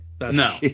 No